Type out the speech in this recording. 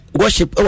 worship